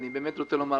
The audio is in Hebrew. אני רוצה לומר,